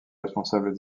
responsable